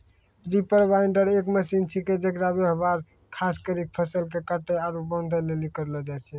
reaper binder एक machine छिकै जेकर व्यवहार खास करी फसल के काटै आरू बांधै लेली करलो जाय छै